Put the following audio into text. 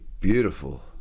beautiful